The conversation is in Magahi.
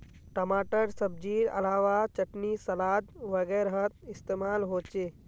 टमाटर सब्जिर अलावा चटनी सलाद वगैरहत इस्तेमाल होचे